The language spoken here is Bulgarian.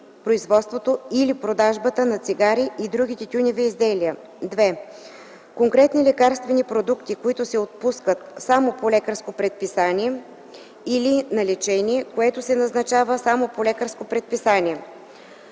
2. конкретни лекарствени продукти, които се отпускат само по лекарско предписание, или на лечение, което се назначава само по лекарско предписание.”